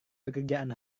pekerjaan